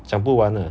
讲不完的